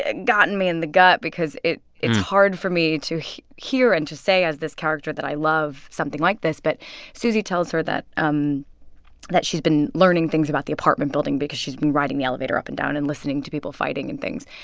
ah gotten me in the gut because it's hard for me to hear and to say as this character that i love, something like this. but susie tells her that um that she's been learning things about the apartment building because she's been riding the elevator up and down and listening to people fighting and things,